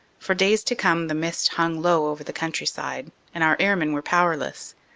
for days to come the mist hung low over the countryside, and our airmen were powerless.